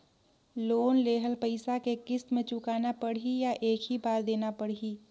Loan लेहल पइसा के किस्त म चुकाना पढ़ही या एक ही बार देना पढ़ही?